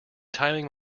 timing